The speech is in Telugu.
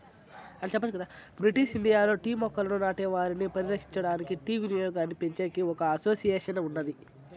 బ్రిటిష్ ఇండియాలో టీ మొక్కలను నాటే వారిని పరిరక్షించడానికి, టీ వినియోగాన్నిపెంచేకి ఒక అసోసియేషన్ ఉన్నాది